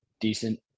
decent